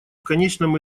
конечном